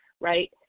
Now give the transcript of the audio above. right